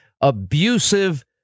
abusive